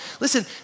listen